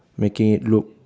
making it look